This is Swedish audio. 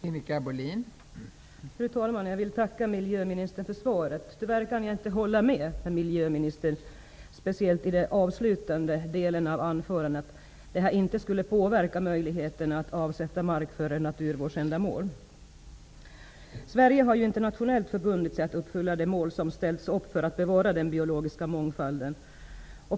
Fru talman! Jag vill tacka miljöministern för svaret. Tyvärr kan jag inte hålla med miljöministern, speciellt inte i den avslutande delen av svaret, dvs. att sammanslagningen inte skulle påverka möjligheterna att avsätta mark för naturvårdsändamål. Sverige har internationellt förbundit sig att uppfylla de mål som ställts upp för att bevara den biologiska mångfalden.